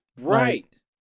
Right